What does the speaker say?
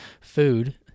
food